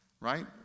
right